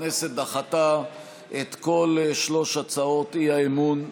הכנסת דחתה את כל שלוש הצעות האי-אמון בממשלה.